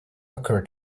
occurred